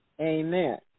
Amen